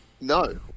No